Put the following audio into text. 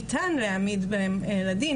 ניתן להעמיד בהם לדין,